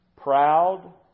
proud